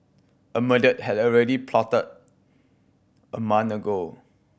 a murder had already plotted a month ago